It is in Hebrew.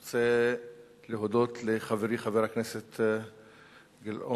אני רוצה להודות לחברי, חבר הכנסת גילאון